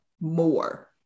more